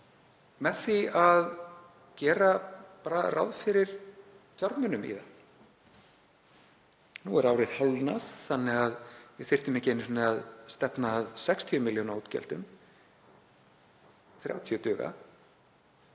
með því að gera bara ráð fyrir fjármunum í það. Nú er árið hálfnað þannig að við þyrftum ekki einu sinni að stefna að 60 milljóna útgjöldum, 30 duga